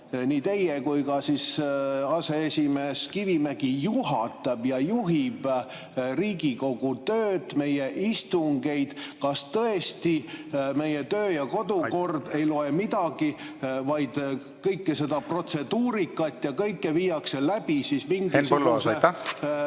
nii teie kui ka aseesimees Kivimägi, juhatab ja juhib Riigikogu tööd, meie istungeid. Kas tõesti meie töö‑ ja kodukord ei loe midagi, vaid kõike seda protseduurikat ja kõike viiakse läbi mingisuguse